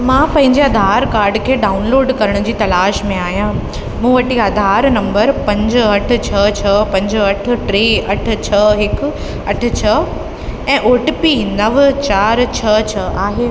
मां पंहिंजे आधार कार्ड खे डाउनलोड करण जी तलाश में आहियां मूं वटि आधार नंबर पंज अठ छह छह पंज अठ टे अठ छह हिक अठ छह ऐं ओटीपी नव चारि छह छह आहे